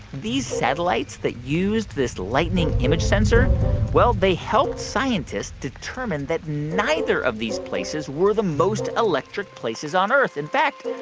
these satellites that used this lightning image sensor well, they helped scientists determine that neither of these places were the most electric places on earth. in fact,